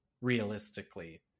realistically